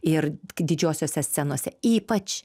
ir didžiosiose scenose ypač